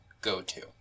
go-to